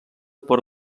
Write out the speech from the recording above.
per